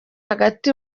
hagati